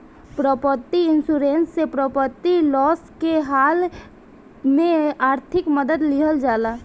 property insurance से property loss के हाल में आर्थिक मदद लीहल जाला